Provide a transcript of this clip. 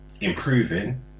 improving